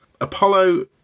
Apollo